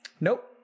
Nope